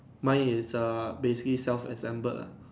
mine is ah basically self assembled lah